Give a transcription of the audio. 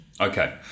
Okay